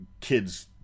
kids